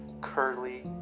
curly